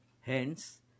Hence